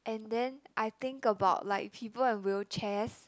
and then I think about like people in wheelchairs